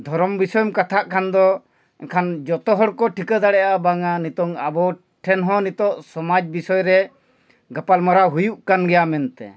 ᱫᱷᱚᱨᱚᱢ ᱵᱤᱥᱚᱭᱮᱢ ᱠᱟᱛᱷᱟᱜ ᱠᱷᱟᱱ ᱫᱚ ᱮᱱᱠᱷᱟᱱ ᱡᱷᱚᱛᱚ ᱦᱚᱲᱠᱚ ᱴᱷᱤᱠᱟᱹ ᱫᱟᱲᱮᱭᱟᱜᱼᱟ ᱵᱟᱝᱟ ᱱᱤᱛᱳᱜ ᱟᱵᱚ ᱴᱷᱮᱱ ᱦᱚᱸ ᱱᱤᱛᱳᱜ ᱥᱚᱢᱟᱡᱽ ᱵᱤᱥᱚᱭᱨᱮ ᱜᱟᱯᱟᱞᱢᱟᱨᱟᱣ ᱦᱩᱭᱩᱜ ᱠᱟᱱ ᱜᱮᱭᱟ ᱢᱮᱱᱛᱮ